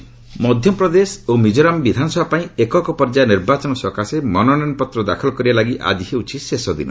MP Mizoram polls Madhya Pradesh ଓ ମିକୋରାମ୍ ବିଧାନସଭା ପାଇଁ ଏକକ ପର୍ଯ୍ୟାୟ ନିର୍ବାଚନ ସକାଶେ ମନୋନୟନ ପତ୍ର ଦାଖଲ କରିବା ଲାଗି ଆଜି ହେଉଛି ଶେଷ ଦିନ